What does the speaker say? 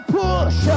push